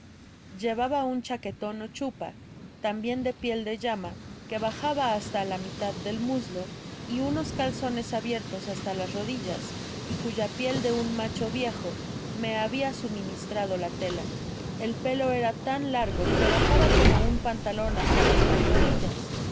llevaba un chaqueton ó chupa tambien de piel de llama quu bajaba hasta la mitad del muslo y unos calzones abiertos hasta las rodillas y cuya piel de un macho viejo me habia suministrado la tela el pelo era tan largo que bajaba como un pantalon hasta las pantorrillas